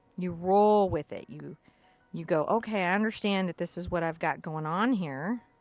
you roll with it. you you go, okay, i understand that this is what i've got going on here.